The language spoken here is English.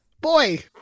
boy